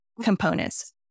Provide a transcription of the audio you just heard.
components